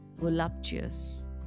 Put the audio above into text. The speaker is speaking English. voluptuous